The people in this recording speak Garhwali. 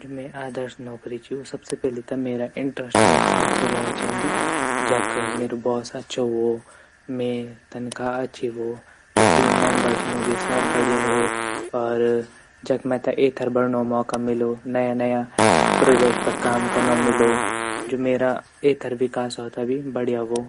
जू मे आदर्श नौकरी ची ऊ सबसे पेली त मेरा इंटरेस्ट आ हिसाब से वोण चेंदी ज़ख मेरु बॉस अछू वो मे तनख़्वाह अच्छी वो जू टीम मेम्बर छीन ऊ भी सब बढ़िया रो और ज़ख मेता ऐथर बढ़नों मौक़ा मिलो नाया नाया प्रोजेक्ट पर काम कनो मिलो जू मेरा ऐथर विकास अ त भी बढ़िया वो।